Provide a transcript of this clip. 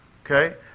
Okay